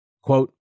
Quote